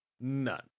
None